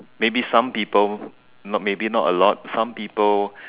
maybe some people not maybe not a lot some people